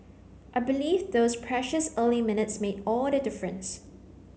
I believe those precious early minutes made all the difference